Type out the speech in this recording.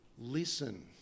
listen